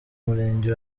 murenge